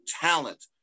talent